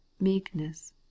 meekness